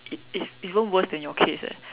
it it's it's even worst than your case eh